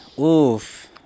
Oof